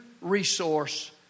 resource